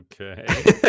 okay